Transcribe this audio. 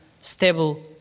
stable